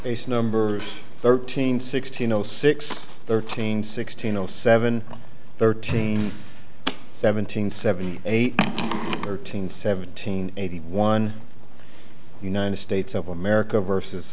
numbers thirteen sixteen zero six thirteen sixteen zero seven thirteen seventeen seventy eight thirteen seventeen eighty one united states of america versus